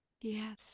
Yes